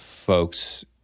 folks